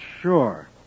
sure